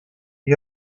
gli